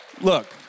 look